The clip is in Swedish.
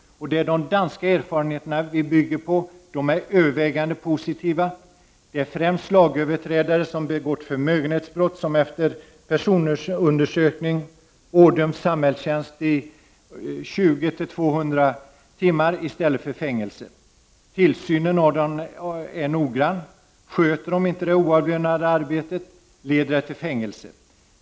De danska erfarenheterna, som vi bygger på, är övervägande positiva. Främst lagöverträdare som har begått förmögenhetsbrott ådöms efter personundersökning samhällstjänst i 20-200 timmar i stället för fängelse. Tillsynen av dem är noggrann. Sköter de inte det oavlönade arbetet, leder det till fängelse.